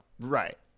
Right